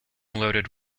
loaded